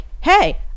hey